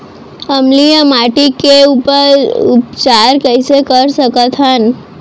अम्लीय माटी के उपचार कइसे कर सकत हन?